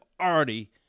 already